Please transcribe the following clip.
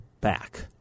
back